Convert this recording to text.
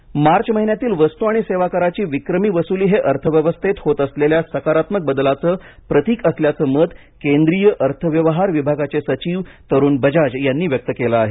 करवसुली मार्च महिन्यातील वस्तू आणि सेवाकराची विक्रमी वसुली हे अर्थव्यवस्थेत होत असलेल्या सकारात्मक बदलांचं प्रतिक असल्याचं मत केंद्रीय अर्थव्यवहार विभागाचे सचिव तरुण बजाज यांनी व्यक्त केलं आहे